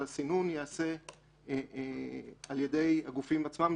אבל הסינון ייעשה על ידי הגופים עצמם,